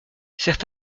cet